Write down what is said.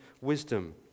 wisdom